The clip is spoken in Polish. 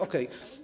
Okej.